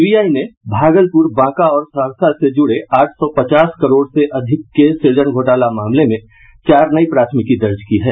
CBI ने भागलपुर बांका और सहरसा से जुड़े आठ सौ पचास करोड़ से अधिक के सूजन घोटाला मामले में चार नई प्राथमिकी दर्ज की है